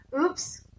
oops